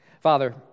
Father